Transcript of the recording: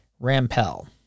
Rampell